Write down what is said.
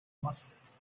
mustard